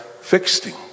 fixing